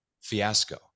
fiasco